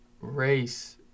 race